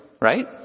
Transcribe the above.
right